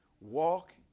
Walk